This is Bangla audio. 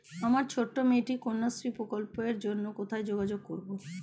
আমার ছোট্ট মেয়েটির কন্যাশ্রী প্রকল্পের জন্য কোথায় যোগাযোগ করব?